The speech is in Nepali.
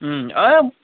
अँ